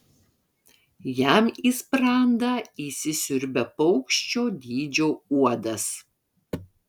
jam į sprandą įsisiurbia paukščio dydžio uodas